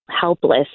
helpless